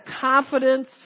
confidence